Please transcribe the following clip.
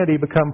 become